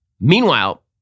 Meanwhile